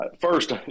first